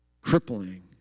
crippling